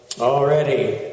already